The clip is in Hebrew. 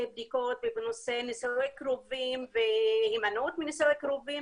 בדיקות ובנושא נישואי קרובים והימנעות מנישואי קרובים